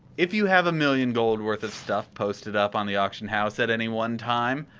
if you have a million gold worth of stuff posted up on the auction house at any one time,